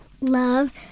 love